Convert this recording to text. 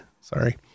sorry